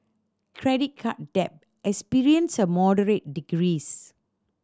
credit card debt experienced a moderate decrease